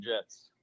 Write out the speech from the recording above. Jets